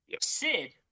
Sid